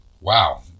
Wow